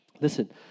listen